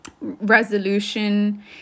resolution